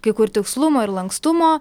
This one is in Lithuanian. kai kur tikslumo ir lankstumo